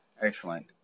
Excellent